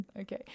okay